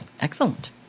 excellent